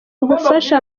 ugufasha